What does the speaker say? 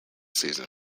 season